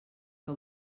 que